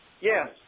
Yes